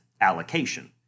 allocation